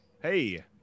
Hey